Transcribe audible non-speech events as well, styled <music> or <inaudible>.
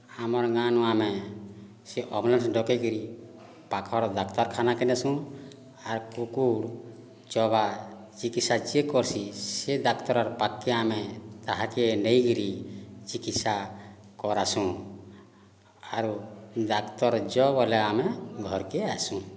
ଆମର ଗାଁରୁ ଆମେ ସେ <unintelligible> ଡକାଇକରି ପାଖର ଡାକ୍ତରଖାନାକୁ ନେସୁଁ ଆର୍ କୁକୁର ଚବା ଚିକିତ୍ସା ଯିଏ କର୍ସି ସେ ଡାକ୍ତରର୍ ପାଖକୁ ଆମେ ତାହାକୁ ନେଇକରି ଚିକିତ୍ସା କରାସୁଁ ଆଉ ଡାକ୍ତର ଯାଅ ବୋଇଲେ ଆମେ ଘରକୁ ଆସୁଁ